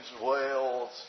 whales